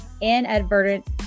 inadvertent